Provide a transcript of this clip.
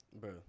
Bro